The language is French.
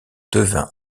devint